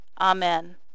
Amen